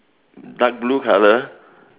dark blue colour